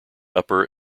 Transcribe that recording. upper